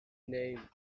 name